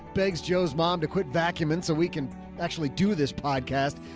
begs joe's mom to quit vacuum and so we can actually do this podcast.